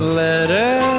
letter